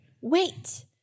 Wait